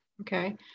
Okay